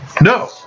No